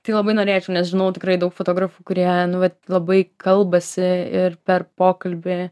tai labai norėčiau nes žinau tikrai daug fotografų kurie nu vat labai kalbasi ir per pokalbį